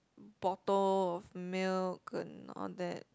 bottle of milk and all that